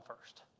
first